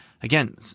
again